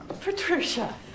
Patricia